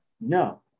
no